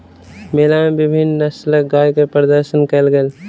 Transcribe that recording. मेला मे विभिन्न नस्लक गाय के प्रदर्शन कयल गेल